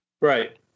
Right